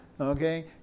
Okay